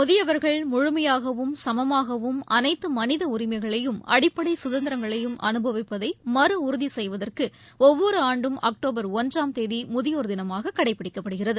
முதியவர்கள் முழுமையாகவும் சமமாகவும் அனைத்து மனித உரிமைகளையும் அடிப்படை சுதந்திரங்களையும் அனுபவிப்பதை மறு உறுதி செய்வதற்கு ஒவ்வொரு ஆண்டும் அக்டோபர் ஒன்றாம் தேதி முதியோா் தினமாக கடைபிடிக்கப்படுகிறது